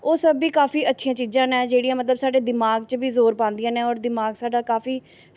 ओह् सब की काफी अच्छियां चीज़ां न जेह्ड़ियां मतलब साढ़े दमाक च ब जोर पांदियां न ते साढ़ा दिमाक काफी